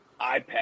iPad